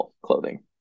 clothing